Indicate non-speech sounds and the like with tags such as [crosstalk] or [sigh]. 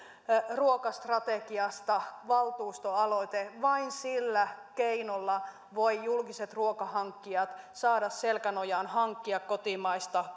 ruokastrategiasta valtuustoaloite vain sillä keinolla voivat julkiset ruokahankkijat saada selkänojan hankkia kotimaista [unintelligible]